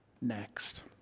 next